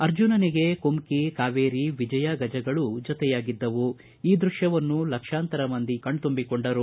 ಅರ್ಜುನನಿಗೆ ಕುಮ್ಕಿ ಕಾವೇರಿ ವಿಜಯಾ ಗಜಗಳು ಜತೆಯಾಗಿದ್ದವು ಈ ದೃಶ್ಯವನ್ನು ಲಕ್ಷಾಂತರ ಮಂದಿ ಕಣ್ತುಂಬಿಕೊಂಡರು